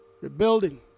rebuilding